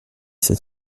sept